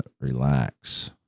relax